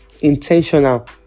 intentional